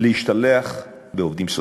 להשתלח בעובדים סוציאליים.